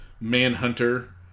Manhunter